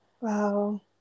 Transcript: Wow